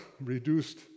reduced